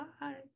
Bye